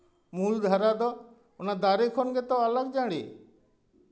ᱢᱩᱞ ᱫᱷᱟᱨᱟ ᱫᱚ ᱚᱱᱟ ᱫᱟᱨᱮ ᱠᱷᱚᱱ ᱜᱮᱛᱚ ᱟᱞᱟᱠᱡᱟᱹᱲᱤ